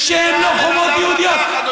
איזו פטרייה הבן אדם לקח, אדוני היושב-ראש?